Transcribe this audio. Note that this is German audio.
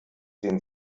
den